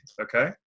Okay